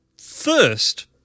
First